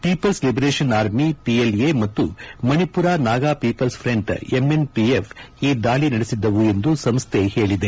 people liberation army PL A ಮತ್ತು Manipur Naga people front MN PF ಈ ದಾಳಿ ನಡೆಸಿದ್ದವು ಎಂದು ಸಂಸ್ಥೆ ಹೇಳಿದೆ